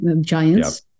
giants